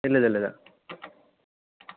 ഇല്ലില്ലില്ലില്ലില്ല